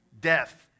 death